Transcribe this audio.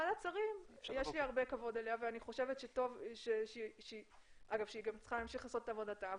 יש לי הרבה כבוד לוועדת שרים והיא צריכה להמשיך ולעשות את עבודתה,